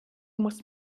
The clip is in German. muss